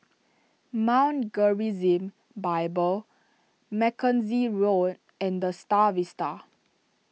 Mount Gerizim Bible Mackenzie Road and the Star Vista